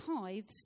tithes